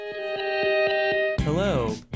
hello